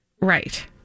Right